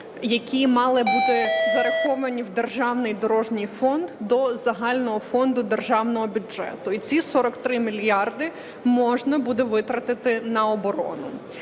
які мали бути зараховані в державний дорожній фонд до загального фонду державного бюджету. І ці 43 мільярди можна буде витратити на оборону.